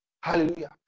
Hallelujah